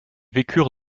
vécurent